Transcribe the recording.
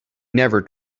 never